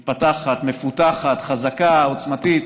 מתפתחת, מפותחת, חזקה, עוצמתית,